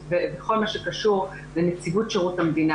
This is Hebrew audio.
ומה לגבי מה שנמסר לכם דיווח על מינויים שנמסר לכם דיווח לפיו?